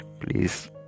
please